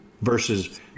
versus